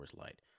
Light